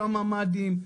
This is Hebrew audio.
שם ממ"דים,